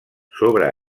sobre